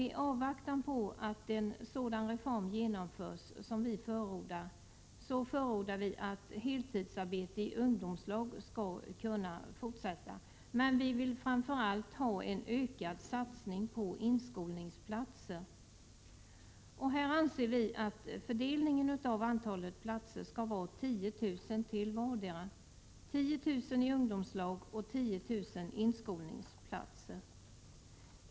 I avvaktan på att en sådan reform som vi föreslår genomförs, förordar vi fortsatt heltidsarbete i ungdomslag men vill framför allt ha en ökad satsning på inskolningsplatser. Vi anser att fördelningen av antalet platser skall vara 10 000 platser i ungdomslag och 10 000 inskolningsplatser.